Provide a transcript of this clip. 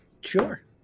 Sure